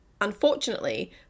Unfortunately